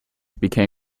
become